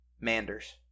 Manders